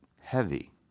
heavy